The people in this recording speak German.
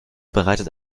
bereitet